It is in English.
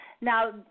Now